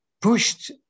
pushed